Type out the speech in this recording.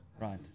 Right